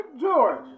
George